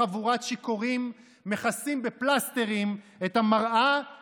חבורה של שיכורים שבמקום להביט בעצמם בראי ולראות את הנזקים שלהם,